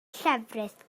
llefrith